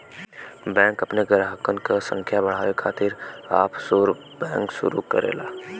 bank अपने ग्राहकन क संख्या बढ़ावे खातिर ऑफशोर बैंक शुरू करला